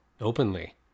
openly